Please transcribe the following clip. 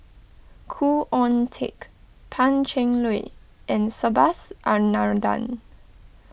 Khoo Oon Teik Pan Cheng Lui and Subhas Anandan